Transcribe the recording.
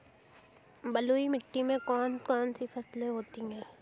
बलुई मिट्टी में कौन कौन सी फसलें होती हैं?